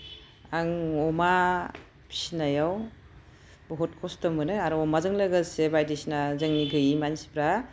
आं अमा फिनायाव बुहुत खस्थ' मोनो आरो अमाजों लोगोसे बायदिसिना जोंनि गोयि मानसिफ्रा